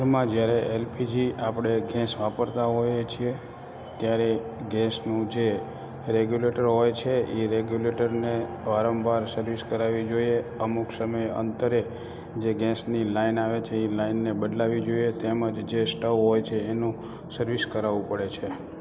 ઘરમાં જયારે L P G આપણે ગેસ વાપરતા હોઇએ છીએ ત્યારે ગેસનું જે રેગ્યુલેટર હોય છે એ રેગ્યુલેટરને વારંવાર સર્વિસ કરાવવી જોઈએ અમુક સમયે અંતરે જે ગેસની લાઈન આવે છે એ લાઈનને બદલાવવી જોઈએ તેમજ જે સ્ટવ હોય છે એનું સર્વિસ કરાવવું પડે છે